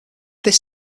this